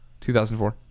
2004